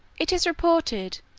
it is reported,